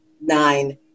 nine